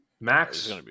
Max